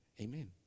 Amen